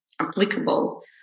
applicable